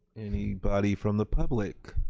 anybody from the public?